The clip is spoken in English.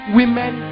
women